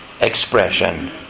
expression